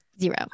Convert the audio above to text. Zero